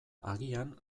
agian